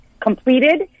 completed